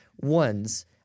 ones